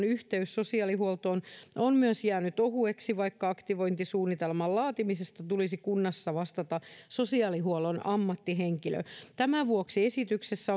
yhteys sosiaalihuoltoon on myös jäänyt ohueksi vaikka aktivointisuunnitelman laatimisesta tulisi kunnassa vastata sosiaalihuollon ammattihenkilön tämän vuoksi esityksessä